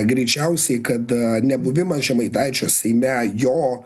greičiausiai kad nebuvimas žemaitaičio seime jo